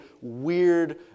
weird